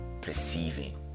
perceiving